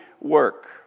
work